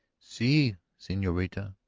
si, senorita,